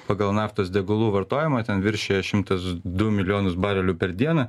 pagal naftos degalų vartojimą ten viršija šimtas du milijonus barelių per dieną